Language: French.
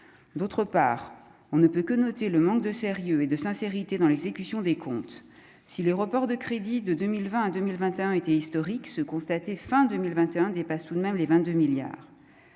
d'autre part, on ne peut que noter le manque de sérieux et de sincérité dans l'exécution des comptes si les reports de crédits de 2020, 2021 était historique se constaté fin 2021 dépasse tout de même les 22 milliards